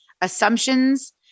assumptions